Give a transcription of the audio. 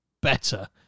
better